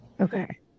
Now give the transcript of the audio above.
Okay